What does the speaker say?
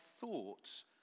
thoughts